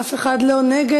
אף אחד לא נגד.